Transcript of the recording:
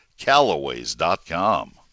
Callaways.com